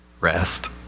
rest